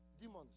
demons